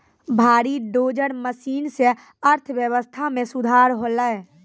भारी dozer machine सें अर्थव्यवस्था मे सुधार होलय